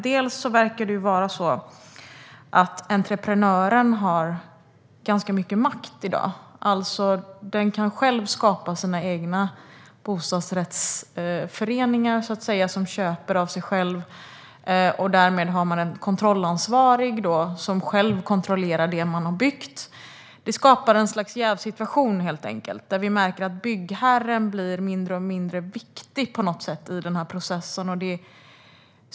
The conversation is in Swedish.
Bland annat verkar det vara så att entreprenören har ganska mycket makt i dag, alltså själv kan skapa sina bostadsrättsföreningar och köpa av sig själv. Därmed är den kontrollansvarige den som själv har byggt. Det skapar helt enkelt ett slags jävssituation där byggherren blir allt mindre viktig i processen.